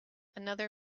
another